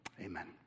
Amen